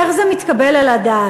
איך זה מתקבל על הדעת?